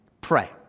pray